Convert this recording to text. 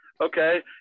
okay